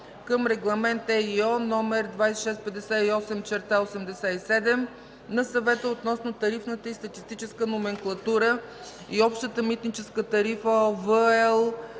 към Регламент (ЕИО) № 2658/87 на Съвета относно тарифната и статистическа номенклатура и Общата митническа тарифа (ОВ